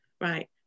right